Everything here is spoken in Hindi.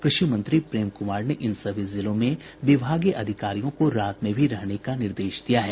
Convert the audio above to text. कृषि मंत्री प्रेम कुमार ने इन सभी जिलों में विभागीय अधिकारियों को रात में भी रहने का निर्देश दिया है